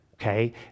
okay